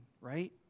right